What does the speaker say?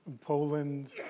Poland